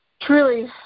truly